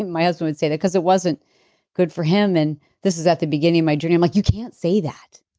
and my husband would say that because it wasn't good for him and this is at the beginning of my journey. i'm like, you can't say that.